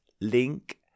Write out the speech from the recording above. link